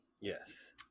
Yes